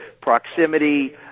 proximity